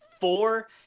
four